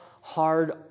hard